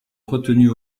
retenue